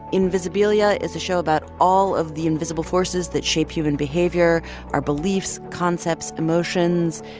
invisibilia is a show about all of the invisible forces that shape human behavior our beliefs, concepts, emotions.